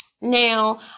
Now